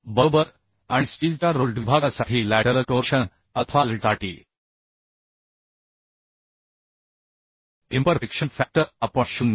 बरोबर आणि स्टीलच्या रोल्ड विभागासाठी लॅटरल टोर्शन अल्फा lt साठी इम्परफेक्शन फॅक्टर आपण 0